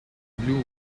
blue